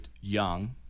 young